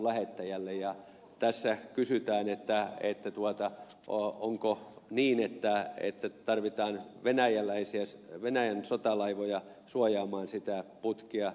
ja tässä kysytään onko niin että tarvitaan venäjän sotalaivoja suojaamaan sitä putkea